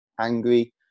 angry